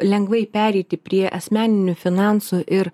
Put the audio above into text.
lengvai pereiti prie asmeninių finansų ir